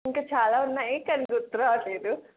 ఇంకా చాలా ఉన్నాయి కానీ గుర్తు రావట్లేదు